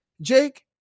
Jake